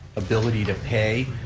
ability to pay,